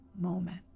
moment